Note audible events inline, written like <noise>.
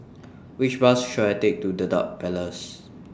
<noise> Which Bus should I Take to Dedap Place